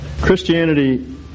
Christianity